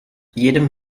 jedem